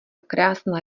krásná